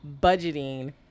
budgeting